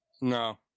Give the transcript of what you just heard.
No